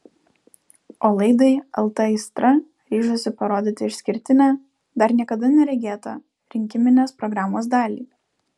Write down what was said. o laidai lt aistra ryžosi parodyti išskirtinę dar niekada neregėtą rinkiminės programos dalį